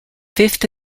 fifth